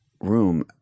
room